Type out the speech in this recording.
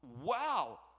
Wow